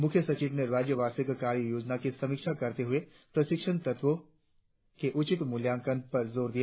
मुख्य सचिव ने राज्य वार्षिक कार्य योजना की समीक्षा करते हुए प्रशिक्षण तत्वो के उचित मुल्यांकन पर जोर दिया